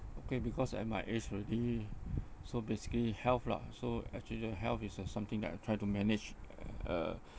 okay because at my age already so basically health lah so actually health is a something that I try to manage uh